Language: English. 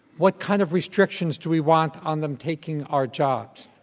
what kind of restrictions do we want on them, taking our jobs?